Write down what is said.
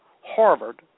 Harvard